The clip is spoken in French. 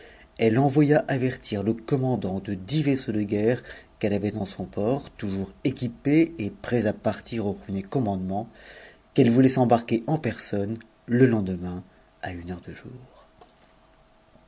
elle envoya avertir le commandant de dix vaisseaux de guerre qu'elle avait dans son port touiours équipés et prêts à partir au premier commandement qu'elle voulait s'embarquer en personne le lendemain à une heure de jour